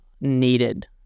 needed